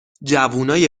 جوونای